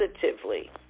positively